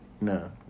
No